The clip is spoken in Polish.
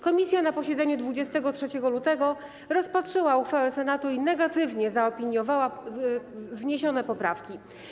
Komisja na posiedzeniu 23 lutego rozpatrzyła uchwałę Senatu i negatywnie zaopiniowała wniesione poprawki.